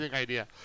idea